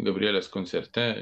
gabrielės koncerte